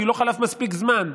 כי לא חלף מספיק זמן,